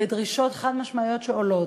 בדרישות חד-משמעיות שעולות.